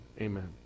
Amen